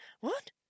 What